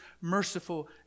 merciful